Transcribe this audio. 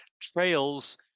trails